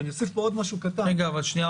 ואני אוסיף פה עוד משהו קטן --- רק שנייה,